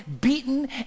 beaten